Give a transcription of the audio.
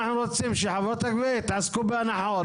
מספיק עובדים רוצים שחברות הגבייה יעסקו בהנחות?